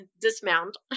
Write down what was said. Dismount